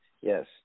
Yes